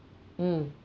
um